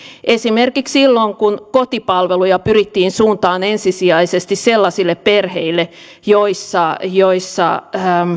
esimerkiksi silloin kun kotipalveluja pyrittiin suuntaamaan ensisijaisesti sellaisille perheille joissa joissa